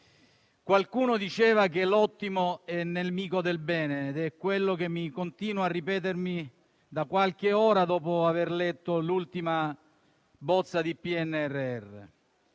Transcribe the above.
qualcuno diceva che l'ottimo è nemico del bene ed è ciò che continuo a ripetermi da qualche ora dopo aver letto l'ultima bozza del PNRR.